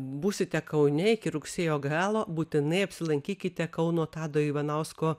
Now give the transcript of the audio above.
būsite kaune iki rugsėjo galo būtinai apsilankykite kauno tado ivanausko